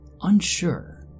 unsure